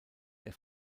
der